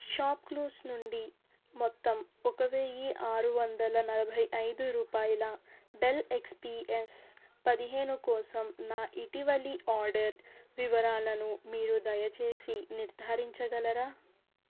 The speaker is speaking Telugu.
షాప్ క్లూస్ నుండి మొత్తం ఒక వెయ్యి ఆరు వందల నలభై ఐదు రూపాయల డెల్ ఎక్స్ పి ఎస్ పదిహేను కోసం నా ఇటీవలి ఆర్డర్ వివరాలను మీరు దయచేసి నిర్ధారించగలరా